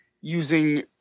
using